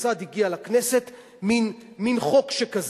כיצד הגיע לכנסת מין חוק שכזה.